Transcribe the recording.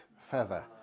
feather